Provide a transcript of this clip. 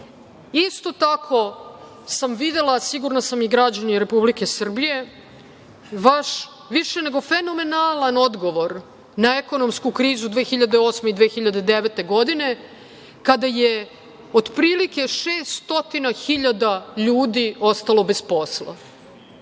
tako sam videla, sigurna sam i građani Republike Srbije, vaš više nego fenomenalan odgovor na ekonomsku krizu 2008. i 2009. godine, kada je otprilike 600.000 ljudi ostalo bez posla.